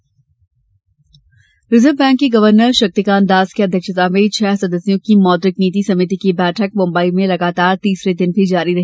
reserve bank नीति reserve bank के governor Shaktikanta Das की अध्यक्षता में छह सदस्यों की मौद्रिक नीति समिति की बैठक मुम्बई में लगातार तीसरे दिन भी जारी है